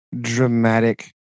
dramatic